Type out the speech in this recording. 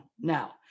Now